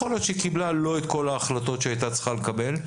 יכול להיות שהיא קיבלה לא את כל ההחלטות שהיא הייתה צריכה לקבל,